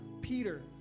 Peter